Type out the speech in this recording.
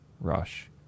rush